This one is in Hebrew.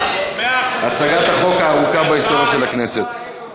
הצגת החוק הארוכה בהיסטוריה של הכנסת.